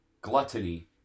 gluttony